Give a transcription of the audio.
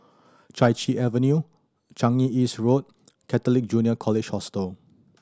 Chai Chee Avenue Changi East Road Catholic Junior College Hostel